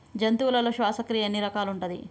జంతువులలో శ్వాసక్రియ ఎన్ని రకాలు ఉంటది?